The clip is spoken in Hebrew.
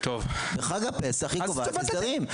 בחג הפסח היא קובעת הסדרים.